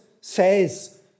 says